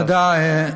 תודה.